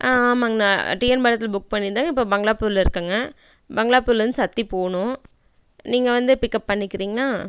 ஆமாங்குண்ணா TN பாளையத்தில் book பண்ணி இருந்தேன் இப்போது பங்களாபுதூரில் இருக்கங்க பங்களாபுதூரில் இருந்து சக்தி போகணும் நீங்கள் வந்து பிக்கப் பண்ணிக்கிறிங்களா